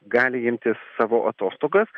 gali imti savo atostogas